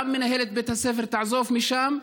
גם מנהלת בית הספר תעזוב משם,